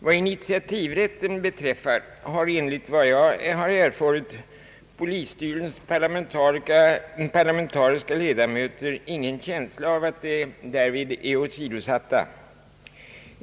Vad initiativrätten beträffar har, enligt vad jag erfarit, rikspolisstyrelsens parlamentariska ledamöter ingen känsla av att de därvid är åsidosatta.